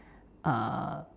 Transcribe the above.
err